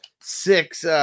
six